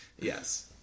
Yes